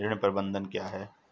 ऋण प्रबंधन क्या है?